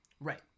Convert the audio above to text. right